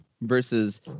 versus